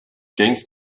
gains